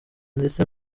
ndetse